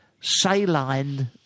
Saline